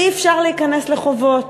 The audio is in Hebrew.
אי-אפשר להיכנס לחובות.